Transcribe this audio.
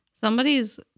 Somebody's